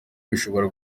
bishobora